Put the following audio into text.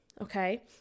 okay